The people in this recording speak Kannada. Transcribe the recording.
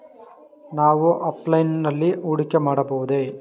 ನಾವು ಆಫ್ಲೈನ್ ನಲ್ಲಿ ಹೂಡಿಕೆ ಮಾಡಬಹುದೇ?